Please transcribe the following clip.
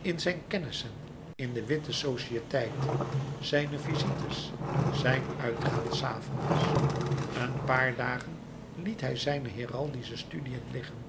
in zijn kennissen louis couperus metamorfoze in de witte societeit zijne visites zijn uitgaan s avonds een paar dagen liet hij zijne heraldische studiën liggen